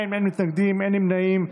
אין נמנעים.